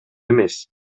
эмес